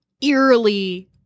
eerily